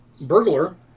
burglar